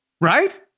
Right